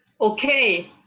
Okay